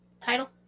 title